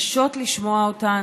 שקשה לשמוע אותן,